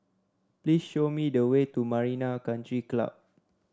please show me the way to Marina Country Club